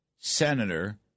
senator